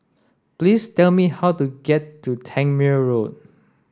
please tell me how to get to Tangmere Road